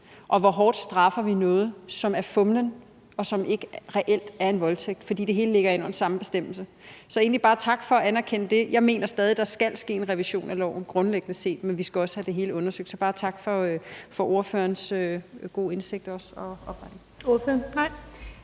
og hvor hårdt vi straffer noget, som er fumlen, og som ikke reelt er en voldtægt, for det hele ligger inde under den samme bestemmelse. Så jeg vil egentlig bare sige tak for at anerkende det. Jeg mener stadig, der grundlæggende set skal ske en revision af loven, men vi skal også have det hele undersøgt, så bare tak for ordførerens store indsigt. Kl.